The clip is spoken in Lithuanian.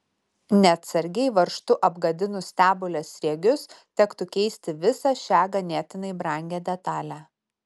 neatsargiai varžtu apgadinus stebulės sriegius tektų keisti visą šią ganėtinai brangią detalę